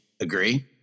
Agree